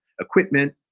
equipment